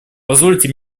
позвольте